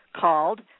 called